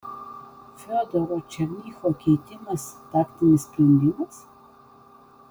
fiodoro černycho keitimas taktinis sprendimas